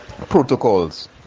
protocols